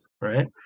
right